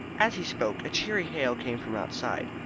as he spoke a cheery hail came from outside,